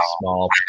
small